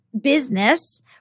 business